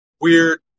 weird